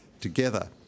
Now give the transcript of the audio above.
together